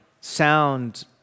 sound